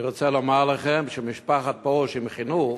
אני רוצה לומר לכם שמשפחת פרוש וחינוך,